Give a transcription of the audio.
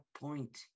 point